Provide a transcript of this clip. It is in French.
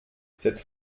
cette